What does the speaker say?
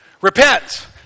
Repent